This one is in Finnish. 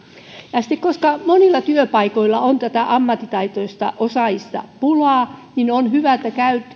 koska monilla työpaikoilla on ammattitaitoisista osaajista pulaa niin on hyvä että